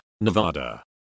Nevada